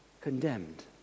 condemned